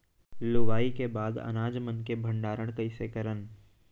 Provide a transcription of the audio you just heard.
लुवाई के बाद अनाज मन के भंडारण कईसे करन?